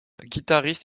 guitariste